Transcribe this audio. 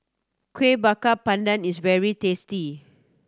Kuih Bakar Pandan is very tasty